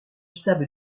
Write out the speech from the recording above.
sable